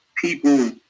people